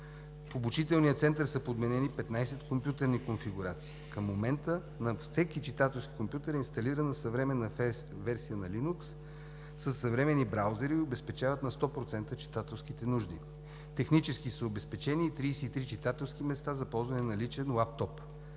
В обучителния център са подменени 15 компютърни конфигурации. Към момента на всеки читателски компютър е инсталирана съвременна версия на Линукс, със съвременни браузери и обезпечават на 100% читателските нужди. Технически са обезпечени и 33 читателски места за ползване на личен лаптоп.